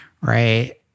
right